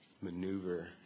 maneuver